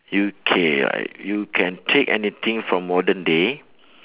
you K I you can take any thing from modern day